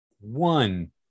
one